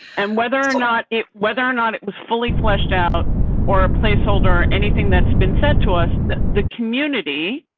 and whether or not it, whether or not, it was fully fleshed out or a placeholder or anything that's been said to us that the community.